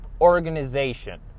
organization